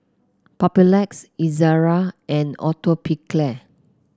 Papulex Ezerra and Atopiclair